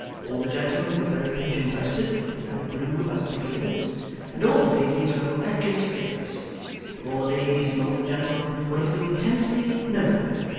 all the gentlemen were very pigeon-breasted and very blue about the beards and all the ladies were miraculous figures and all the ladies and all the gentlemen were looking intensely nowhere,